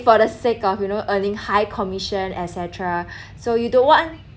for the sake of you know earning high commission etcetera so you don't want